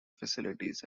facilities